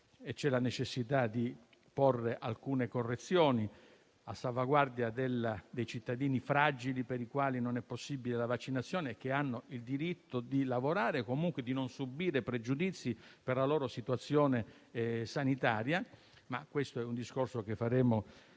e c'è la necessità di apporre alcune correzioni a salvaguardia dei cittadini fragili, per i quali non è possibile la vaccinazione, che hanno il diritto di lavorare comunque e non subire pregiudizi per la loro situazione sanitaria. Questo è un discorso che faremo